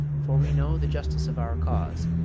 for we know the justice of our cause,